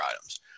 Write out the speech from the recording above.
items